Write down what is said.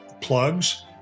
plugs